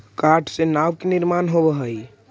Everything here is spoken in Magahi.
काठ से नाव के निर्माण होवऽ हई